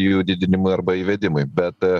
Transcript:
jų didinimui arba įvedimui bet